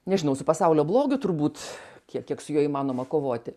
nežinau su pasaulio blogiu turbūt kiek kiek su juo įmanoma kovoti